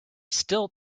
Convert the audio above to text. still